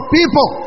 people